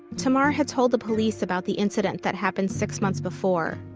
tamar had told the police about the incident that happened six months before.